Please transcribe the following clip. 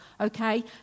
Okay